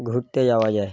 ঘুরতে যাওয়া যায়